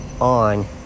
on